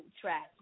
track